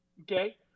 okay